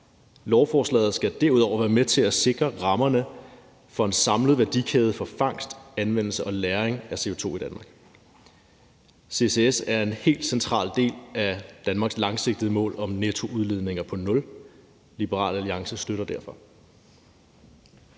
Lovforslaget skal derudover være med til at sikre rammerne for en samlet værdikæde for fangst, anvendelse og lagring af CO2 i Danmark. Ccs er en helt central del af Danmarks langsigtede mål om nettoudledninger på nul. Liberal Alliance støtter derfor